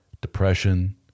depression